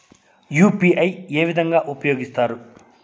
UPI ఏ విధంగా ఉపయోగిస్తారు?